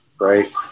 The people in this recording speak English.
right